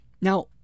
Now